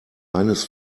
eines